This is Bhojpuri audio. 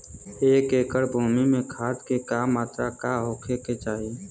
एक एकड़ भूमि में खाद के का मात्रा का होखे के चाही?